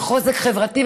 וחוזק חברתי,